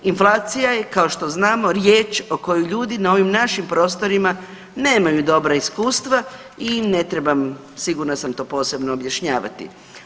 Inflacija je, kao što znamo, riječ o kojoj ljudi na ovim našim prostorima nemaju dobra iskustva i ne trebam, sigurna sam, to posebno objašnjavati.